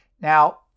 Now